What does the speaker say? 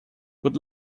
would